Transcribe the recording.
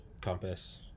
compass